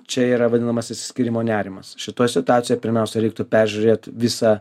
čia yra vadinamas išsiskyrimo nerimas šitoj situacijoj pirmiausia reiktų peržiūrėt visą